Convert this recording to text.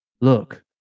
look